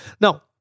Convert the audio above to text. Now